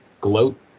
gloat